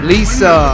Lisa